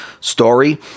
story